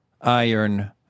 iron